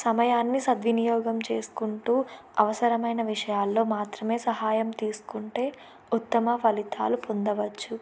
సమయాన్ని సద్వినియోగం చేసుకుంటూ అవసరమైన విషయాల్లో మాత్రమే సహాయం తీసుకుంటే ఉత్తమ ఫలితాలు పొందవచ్చు